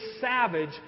savage